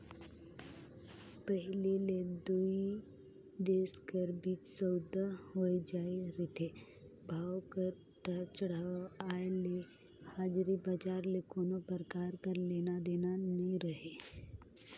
पहिली ले दुई देश कर बीच सउदा होए जाए रिथे, भाव कर उतार चढ़ाव आय ले हाजरी बजार ले कोनो परकार कर लेना देना नी रहें